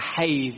behave